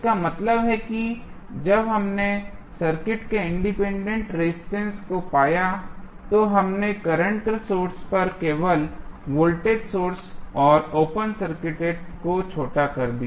इसका मतलब है कि जब हमने सर्किट के इनपुट रेजिस्टेंस को पाया तो हमने करंट सोर्स पर केवल वोल्टेज सोर्स और ओपन सर्किटेड को शार्ट कर दिया